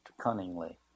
cunningly